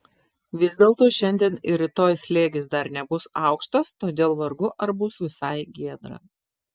vis dėlto šiandien ir rytoj slėgis dar nebus aukštas todėl vargu ar bus visai giedra